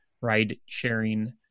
ride-sharing